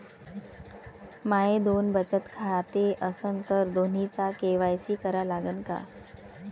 माये दोन बचत खाते असन तर दोन्हीचा के.वाय.सी करा लागन का?